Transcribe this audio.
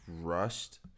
rushed